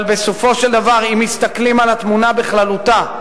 אבל בסופו של דבר, אם מסתכלים על התמונה בכללותה,